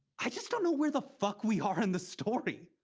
i just don't know where the fuck we are in the story.